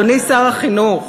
אדוני שר החינוך.